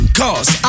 cause